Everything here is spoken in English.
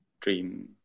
dream